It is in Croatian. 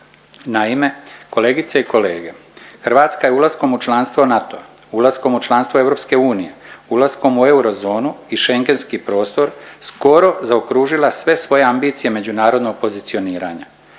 Naime kolegice i kolege, Hrvatska je ulaskom u članstvom NATO-a, ulaskom u članstvo EU, ulaskom u eurozonu i schengentski prostor skoro zaokružila sve svoje ambicije međunarodnog pozicioniranje,